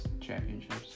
championships